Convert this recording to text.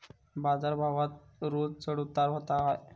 बाजार भावात रोज चढउतार व्हता काय?